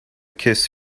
kiss